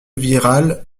virale